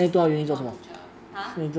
not teacher !huh!